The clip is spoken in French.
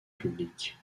publique